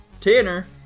Tanner